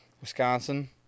Wisconsin